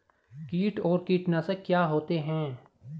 कीट और कीटनाशक क्या होते हैं?